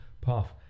path